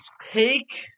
take